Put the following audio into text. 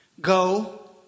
Go